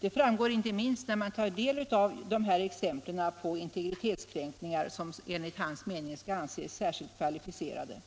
Detta framgår inte minst när man tar del av de exempel på integritetskränkningar som enligt justitieministerns mening skall anses särskilt kvalificerade.